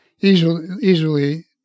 easily